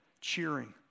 cheering